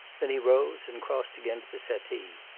then he rose and crossed again to the settee.